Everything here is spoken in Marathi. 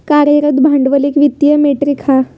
कार्यरत भांडवल एक वित्तीय मेट्रीक हा